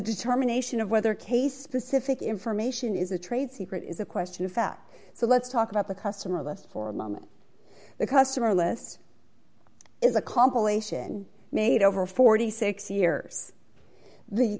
determination of whether case specific information is a trade secret is a question of fact so let's talk about the customer list for a moment the customer list is a compilation made over forty six years the